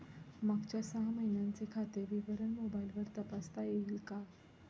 मागच्या सहा महिन्यांचे खाते विवरण मोबाइलवर तपासता येईल का?